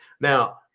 Now